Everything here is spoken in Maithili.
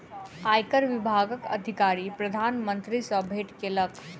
आयकर विभागक अधिकारी प्रधान मंत्री सॅ भेट केलक